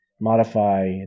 modify